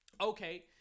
Okay